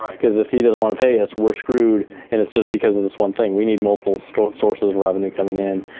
cause if he doesn't want to pay us, we're screwed. and it's just because of this one thing, we need multiple sources of revenue coming in.